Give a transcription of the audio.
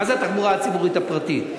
מה זה התחבורה הציבורית הפרטית?